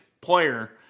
player